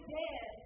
dead